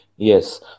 Yes